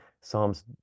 psalms